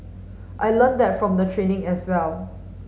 I learnt that from the training as well